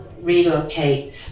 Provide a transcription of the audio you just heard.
relocate